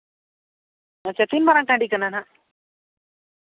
ᱟᱪᱪᱷᱟ ᱛᱤᱱ ᱢᱟᱨᱟᱝ ᱴᱟᱺᱰᱤ ᱠᱟᱱᱟ ᱦᱟᱸᱜ